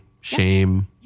shame